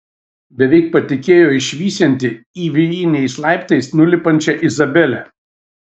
beveik patikėjo išvysianti įvijiniais laiptais nulipančią izabelę